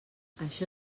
això